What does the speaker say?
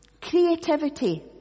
creativity